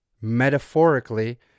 metaphorically